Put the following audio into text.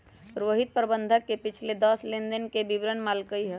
रोहित प्रबंधक से पिछले दस लेनदेन के विवरण मांगल कई